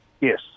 Yes